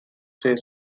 three